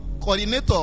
coordinator